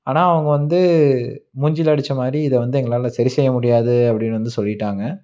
ஆனால் அவங்க வந்து மூஞ்சியில் அடித்தமாரி இதை வந்து எங்களால் சரி செய்ய முடியாது அப்படின்னு வந்து சொல்லிட்டாங்க